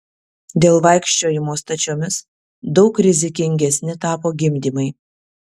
dėl vaikščiojimo stačiomis daug rizikingesni tapo gimdymai